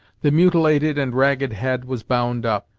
the mutilated and ragged head was bound up,